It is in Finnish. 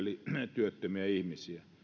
työttömiä ihmisiä